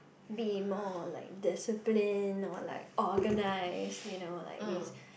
be more like discipline or like organize you know like this